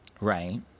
Right